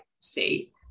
see